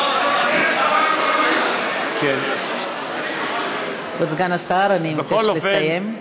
פרה-פרה, כבוד סגן השר, אני אבקש לסיים.